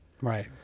right